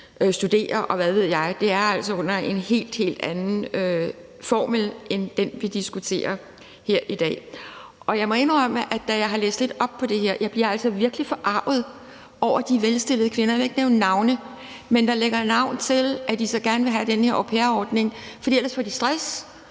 studere, og hvad ved jeg. Det er altså under en helt, helt anden form end den, vi diskuterer her i dag. Jeg har læst lidt på det her, og jeg må indrømme, at jeg altså bliver virkelig forarget over de velstillede kvinder – jeg vil ikke nævne navne – der lægger navn til, at de så gerne vil have den her au pair-ordning, for ellers får de stress;